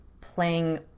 playing